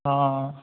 ਹਾਂ